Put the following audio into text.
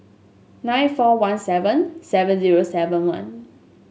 nine four one seven seven zero seven one